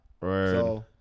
Right